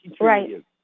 Right